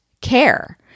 care